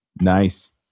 Nice